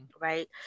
right